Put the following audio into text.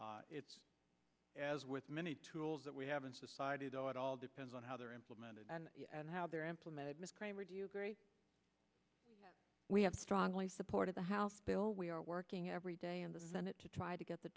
goal as with many tools that we have in society though it all depends on how they are implemented and how they're implemented miss cramer do you agree that we have strongly supported the house bill we are working every day in the senate to try to get the